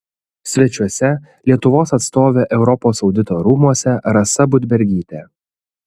svečiuose lietuvos atstovė europos audito rūmuose rasa budbergytė